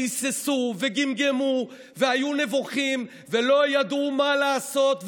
שהיססו וגמגמו והיו נבוכים ולא ידעו מה לעשות,